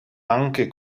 anche